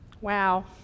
Wow